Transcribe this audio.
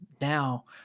now